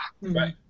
Right